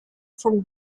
from